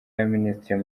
y’abaminisitiri